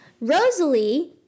Rosalie